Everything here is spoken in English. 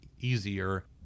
easier